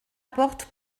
porte